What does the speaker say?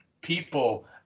people